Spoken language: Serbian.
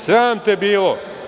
Sram te bilo.